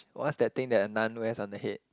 what's that thing that a nun wears on the head